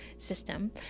System